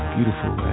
Beautiful